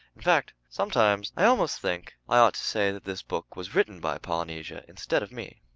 in fact sometimes i almost think i ought to say that this book was written by polynesia instead of me.